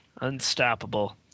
unstoppable